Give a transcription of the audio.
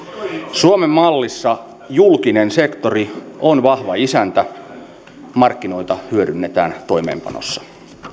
suomen mallissa julkinen sektori on vahva isäntä markkinoita hyödynnetään toimeenpanossa